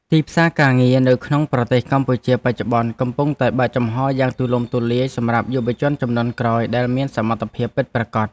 ទីផ្សារការងារនៅក្នុងប្រទេសកម្ពុជាបច្ចុប្បន្ន កំពុងតែបើកចំហរយ៉ាងទូលំទូលាយសម្រាប់យុវជនជំនាន់ក្រោយដែលមានសមត្ថភាពពិតប្រាកដ។